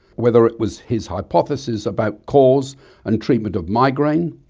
whether it was his hypotheses about cause and treatment of migraine,